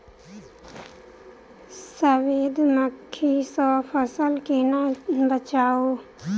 सफेद मक्खी सँ फसल केना बचाऊ?